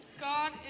God